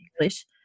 english